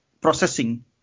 processing